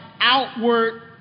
outward